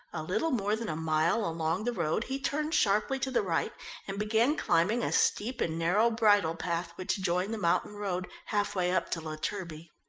a little more than a mile along the road he turned sharply to the right and began climbing a steep and narrow bridle path which joined the mountain road, half-way up to la turbie.